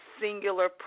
singular